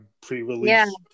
pre-release